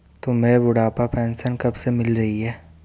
तुम्हें बुढ़ापा पेंशन कब से मिल रही है?